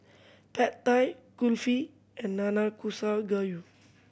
Pad Thai Kulfi and Nanakusa Gayu